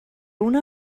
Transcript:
una